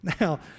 Now